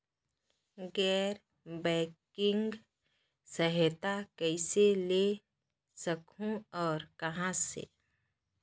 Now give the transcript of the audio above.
गैर बैंकिंग सहायता कइसे ले सकहुं और कहाँ से?